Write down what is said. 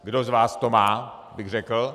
Kdo z vás to má, bych řekl.